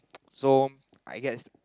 so I guess